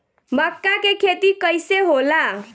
मका के खेती कइसे होला?